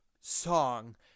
Song